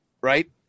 right